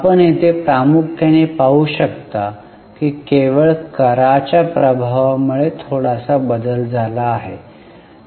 आपण येथे प्रामुख्याने पाहू शकता की केवळ करांच्या प्रभावामुळे थोडासा बदल झाला होता